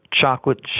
chocolate